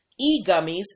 e-gummies